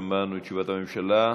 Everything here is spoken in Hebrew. שמענו את תשובת הממשלה.